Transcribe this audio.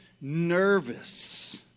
nervous